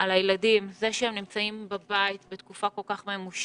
על הילדים: זה שהם נמצאים בבית בתקופה כל כך ממושכת,